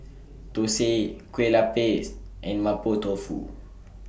Thosai Kueh Lupis and Mapo Tofu